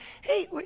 hey